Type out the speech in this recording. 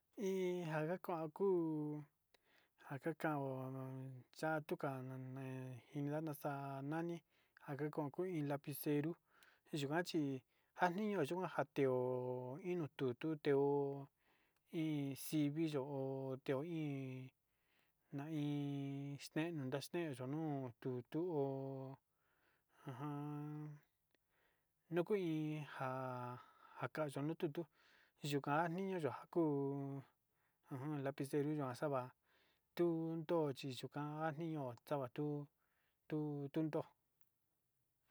Iin njan ga kuan kuu njakuu kaó yatukan nje njinda naxa'a nani njanka ko'o ina iin lapicero yuachi njanio yuan kanteó to'o inuu tutu teo, iin xiviyo teo iin naiin naxneo yuu nuu tutu ho'o ajan nuku iin njá njakayo tutu yuu ka niño nja ya'a kuu ujun lapicero yua xa'a va tunyochi yuukan iño xatuu tuu tundó.